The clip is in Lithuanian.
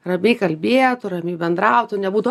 ramiai kalbėtų ramiai bendrautų nebūtų